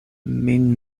min